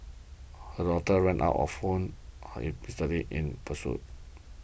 her daughter ran out of Miss Li in pursuit